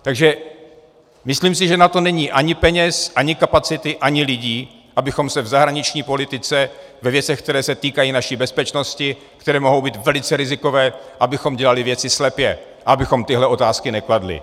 Takže myslím si, že na to není ani peněz, ani kapacity, ani lidí, abychom se v zahraniční politice ve věcech, které se týkají naší bezpečnosti, které mohou být velice rizikové, abychom dělali věci slepě a abychom tyhle otázky nekladli.